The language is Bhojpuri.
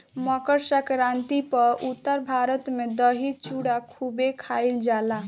मकरसंक्रांति पअ उत्तर भारत में दही चूड़ा खूबे खईल जाला